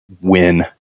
win